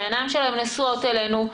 שהעיניים שלהם נשואות אלינו,